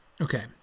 okay